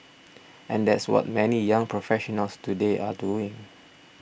and that's what many young professionals today are doing